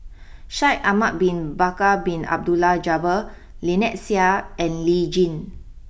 Shaikh Ahmad Bin Bakar Bin Abdullah Jabbar Lynnette Seah and Lee Tjin